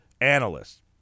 analysts